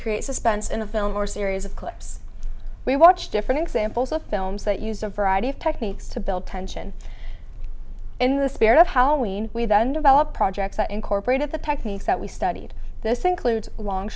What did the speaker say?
create suspense in a film or series of clips we watch different examples of films that use a variety of techniques to build tension in the spirit of halloween we then developed projects that incorporated the techniques that we studied this includes long